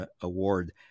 Award